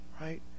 right